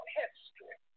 history